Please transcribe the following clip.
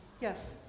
Yes